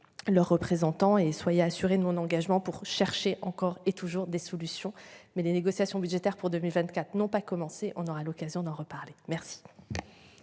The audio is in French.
leurs représentants, et soyez assuré de mon engagement pour chercher encore et toujours des solutions, mais les négociations budgétaires pour 2024 n'ont pas commencé. On aura l'occasion d'en reparler, merci.